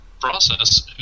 process